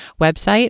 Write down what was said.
website